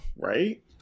right